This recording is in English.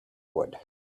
wood